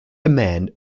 demand